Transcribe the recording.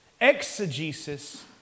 Exegesis